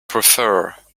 prefer